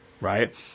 right